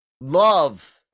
Love